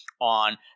on